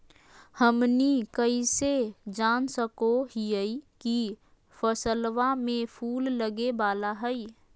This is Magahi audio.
हमनी कइसे जान सको हीयइ की फसलबा में फूल लगे वाला हइ?